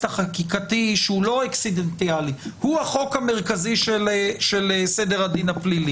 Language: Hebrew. החקיקתי שהוא לא אקסידנטיאלי אלא הוא החוק המרכזי של סדר הדין הפלילי.